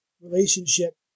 relationship